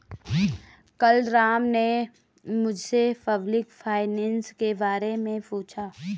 कल राम ने मुझसे पब्लिक फाइनेंस के बारे मे पूछा